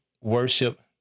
worship